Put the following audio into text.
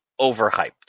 overhyped